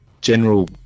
general